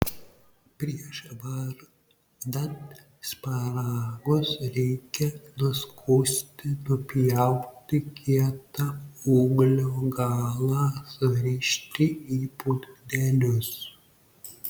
prieš verdant šparagus reikia nuskusti nupjauti kietą ūglio galą surišti į pundelius